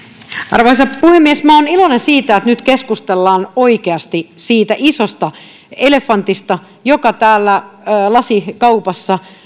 arvoisa puhemies minä olen iloinen siitä että nyt keskustellaan oikeasti siitä isosta elefantista joka täällä lasikaupassa